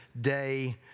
day